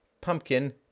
Pumpkin